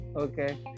okay